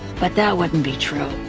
but that wouldn't be true.